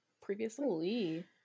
previously